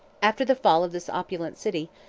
after the fall of this opulent city,